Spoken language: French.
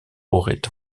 aurait